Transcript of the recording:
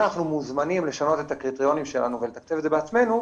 אנחנו מוזמנים לשנות את הקריטריונים שלנו ולתקצב את זה בעצמנו,